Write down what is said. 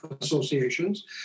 associations